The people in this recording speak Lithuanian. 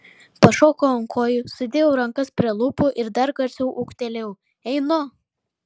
pašokau ant kojų sudėjau rankas prie lūpų ir dar garsiau ūktelėjau einu